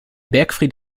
bergfried